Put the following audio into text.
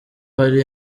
hari